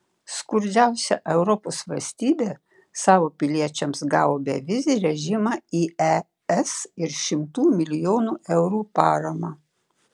skurdžiausia europos valstybė savo piliečiams gavo bevizį režimą į es ir šimtų milijonų eurų paramą